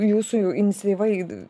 jūsų iniciatyva id